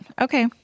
Okay